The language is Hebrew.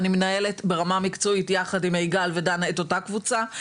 אני מנהלת ברמה מקצועית יחד עם מיגל ודנה את אותה קבוצה.